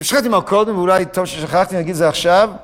שכחתי לומר קודם, ואולי טוב ששכחתי, אני אגיד את זה עכשיו...